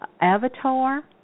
Avatar